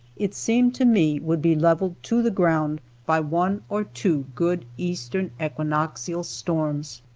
it seemed to me, would be leveled to the ground by one or two good eastern equinoxial storms.